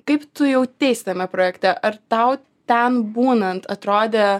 kaip tu jauteisi tame projekte ar tau ten būnant atrodė